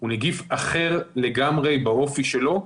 הוא נגיף אחר לגמרי באופי שלו.